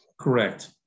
Correct